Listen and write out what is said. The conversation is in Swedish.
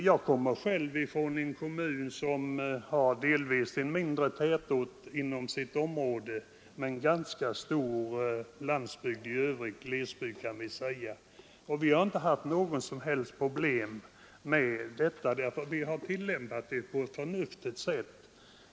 Jag kommer själv från en kommun som har en mindre tätort inom sitt eget område men ganska stor landsbygd i övrigt — glesbygd kan vi säga — och vi har inte haft några som helst problem i detta avseende, därför att vi har tillämpat lagen på ett förnuftigt sätt.